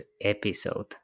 episode